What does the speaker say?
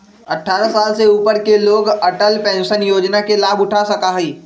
अट्ठारह साल से ऊपर के लोग अटल पेंशन योजना के लाभ उठा सका हई